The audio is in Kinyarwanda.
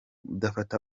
udafata